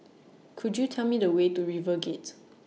Could YOU Tell Me The Way to RiverGate